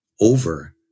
over